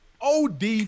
OD